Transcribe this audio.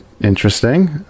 Interesting